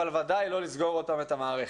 אבל בוודאי לא לסגור עוד פעם את המערכת.